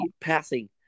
passing